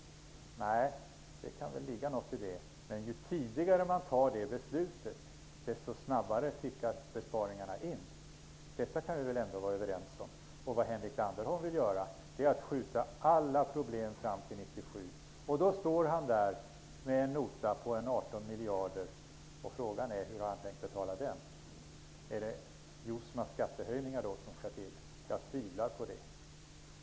Nej, det kan väl ligga något i det. Men ju tidigare man fattar det beslutet, desto snabbare tickar besparingarna in. Detta kan vi väl ändå vara överens om. Det Henrik Landerholm vill göra är att skjuta alla problem fram till 1997. Då står han där med en nota på ca 18 miljarder. Frågan är hur han har tänkt betala den. Är det Robert Jousmas skattehöjningar som skall till? Jag tvivlar på det.